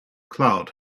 cloud